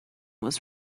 was